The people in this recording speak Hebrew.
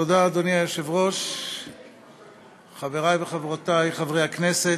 אדוני היושב-ראש, תודה, חברי וחברותי חברי הכנסת,